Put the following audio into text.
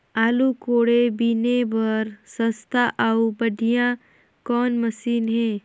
आलू कोड़े बीने बर सस्ता अउ बढ़िया कौन मशीन हे?